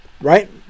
right